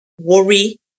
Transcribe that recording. worry